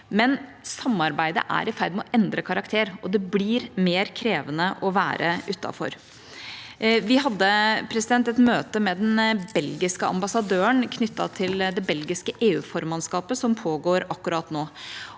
men samarbeidet er i ferd med å endre karakter, og det blir mer krevende å være utenfor. Vi hadde et møte med den belgiske ambassadøren knyttet til det belgiske EU-formannskapet, som pågår akkurat nå.